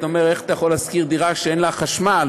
אתה אומר: איך אתה יכול להשכיר דירה שאין בה חשמל?